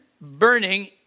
burning